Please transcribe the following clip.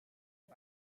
auf